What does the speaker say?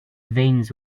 veins